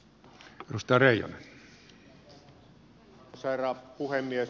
arvoisa herra puhemies